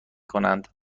کنند